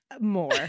More